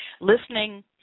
listening